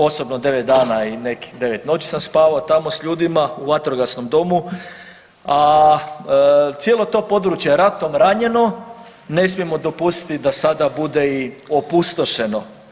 Osobno 9 dana i nekih 9 noći sam spavao tamo s ljudima u vatrogasnom domu, a cijelo to područje ratom ranjeno ne smijemo dopustiti da sada bude i opustošeno.